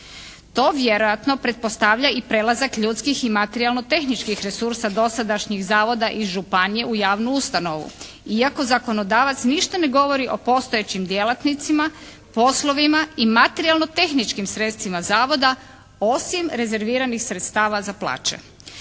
To vjerojatno pretpostavlja i prelazak ljudskih i materijalno-tehničkih resursa dosadašnjih zavoda i županije u javnu ustanovu iako zakonodavac ništa ne govori o postojećim djelatnicima, poslovima i materijalno-tehničkim sredstvima zavoda osim rezerviranih sredstava za plaće.